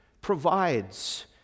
provides